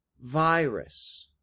virus